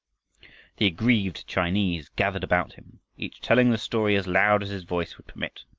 the aggrieved chinese gathered about him, each telling the story as loud as his voice would permit.